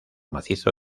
macizo